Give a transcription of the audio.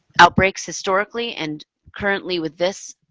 outbreaks historically. and currently with this